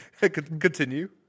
Continue